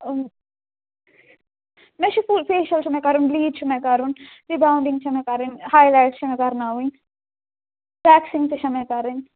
آ مےٚ چھُ فُل فیٚشَل چھُ مےٚ کَرُن بلیٖچ چھُ مےٚ کَرُن رِباونٛڈِنٛگ چھےٚ مےٚ کَرٕنۍ ہاےلایٹ چھِ مےٚ کَرناوٕنۍ وٮ۪کسِنٛگ تہِ چھےٚ مےٚ کَرٕنۍ